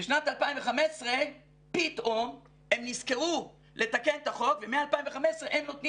בשנת 2015 פתאום הם נזכרו לתקן את החוק ומ-2015 הם נותנים